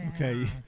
Okay